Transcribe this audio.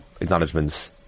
acknowledgements